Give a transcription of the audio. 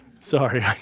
Sorry